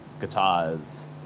guitars